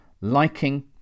liking